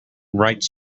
rights